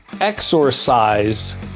exorcised